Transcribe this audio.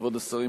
כבוד השרים,